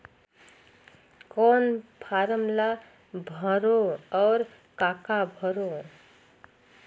कौन फारम ला भरो और काका भरो?